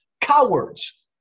Cowards